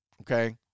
Okay